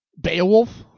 Beowulf